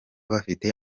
bafite